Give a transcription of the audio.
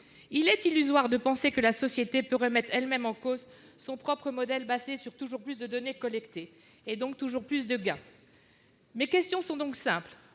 Il est illusoire de penser que la société peut remettre elle-même en cause son propre modèle basé sur toujours plus de données collectées, et donc toujours plus de gains. Mes questions sont simples.